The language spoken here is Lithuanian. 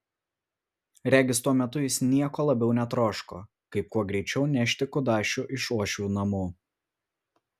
regis tuo metu jis nieko labiau netroško kaip kuo greičiau nešti kudašių iš uošvių namų